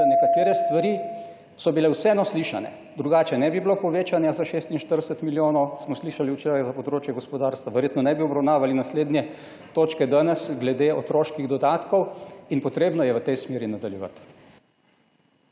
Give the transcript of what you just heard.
da nekatere stvari so bile vseeno slišane, drugače ne bi bilo povečanja za 46 milijonov, smo slišali včeraj za področje gospodarstva, verjetno ne bi obravnavali naslednje točke danes, glede otroških dodatkov, in potrebno je v tej smeri nadaljevati.